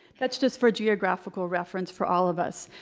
that's just for geographical reference for all of us.